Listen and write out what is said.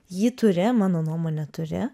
jį turi mano nuomone turi